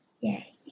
Yay